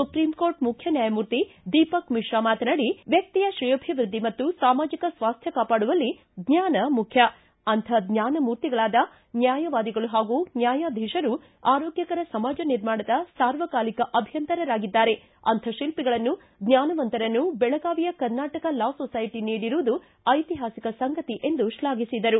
Supreme Court ಮುಖ್ಯ ನ್ಯಾಯಮೂರ್ತಿ ದೀಪಕ ಮಿಶ್ರು ಮಾತನಾಡಿ ವ್ಯಕ್ತಿಯ ಶ್ರೇಯೋಭಿವೃದ್ದಿ ಮತ್ತು ಸಾಮಾಜಿಕ ಸ್ವಾಸ್ತ್ಯ ಕಾಪಾಡುವಲ್ಲಿ ಜ್ವಾನ ಮುಖ್ಯ ಅಂಥ ಜ್ವಾನಮೂರ್ತಿಗಳಾದ ನ್ಯಾಯವಾದಿಗಳು ಹಾಗೂ ನ್ಯಾಯಾಧೀಶರು ಆರೋಗ್ತಕರ ಸಮಾಜ ನಿರ್ಮಾಣದ ಸಾರ್ವಕಾಲಿಕ ಅಭಿಯಂತರಾಗಿದ್ದಾರೆ ಅಂಥ ಶಿಲ್ಪಿಗಳನ್ನು ಜ್ಞಾನವಂತರನ್ನು ಬೆಳಗಾವಿಯ ಕರ್ನಾಟಕ ಲಾ ಸೊಸೈಟಿ ನೀಡಿರುವುದು ಐತಿಹಾಸಿಕ ಸಂಗತಿ ಎಂದು ಶ್ಲಾಘಿಸಿದರು